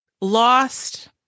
lost